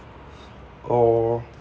or